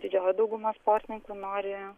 didžioji dauguma sportininkų nori